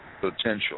potential